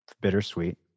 bittersweet